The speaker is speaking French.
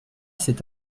cet